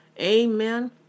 Amen